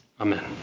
Amen